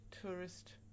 tourist